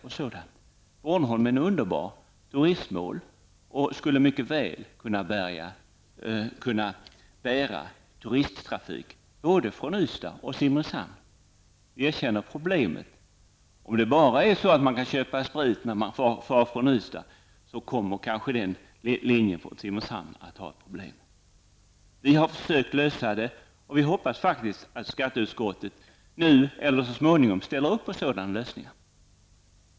Bornholm är ett underbart turistmål, och färjor både från Ystad och Simrishamn borde kunna bäras av turisttrafik. Vi erkänner problemet. Om man bara kan köpa sprit på färjan från Ystad, kommer kanske linjen från Simrishamn att få problem. Vi har försökt lösa denna fråga, och vi hoppas att skatteutskottet så småningom kommer att ställa upp på en sådan lösning.